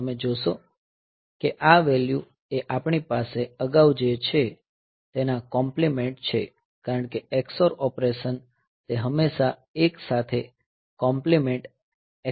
તમે જોશો કે આ વેલ્યુ એ આપણી પાસે અગાઉ જે છે તેના કોમ્પ્લીમેન્ટ છે કારણ કે xor ઓપરેશન તે હંમેશા 1 સાથે કોમ્પ્લીમેન્ટ xoring કરશે